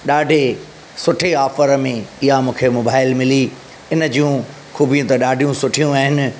ॾाढे सुठे ऑफर में इहा मूंखे मोबाइल मिली इन जूं खूबियूं त ॾाढियूं सुठियूं आहिनि